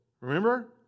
remember